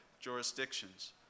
jurisdictions